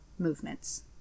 movements